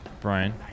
Brian